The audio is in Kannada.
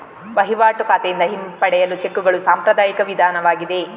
ವಹಿವಾಟು ಖಾತೆಯಿಂದ ಹಿಂಪಡೆಯಲು ಚೆಕ್ಕುಗಳು ಸಾಂಪ್ರದಾಯಿಕ ವಿಧಾನವಾಗಿದೆ